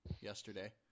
yesterday